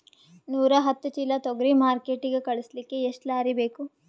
ನೂರಾಹತ್ತ ಚೀಲಾ ತೊಗರಿ ಮಾರ್ಕಿಟಿಗ ಕಳಸಲಿಕ್ಕಿ ಎಷ್ಟ ಲಾರಿ ಬೇಕು?